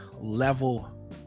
level